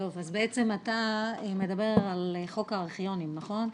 אז בעצם אתה מדבר על חוק הארכיונים, נכון?